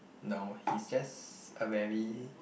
no he's just a very